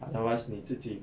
otherwise 你自己